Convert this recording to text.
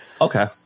Okay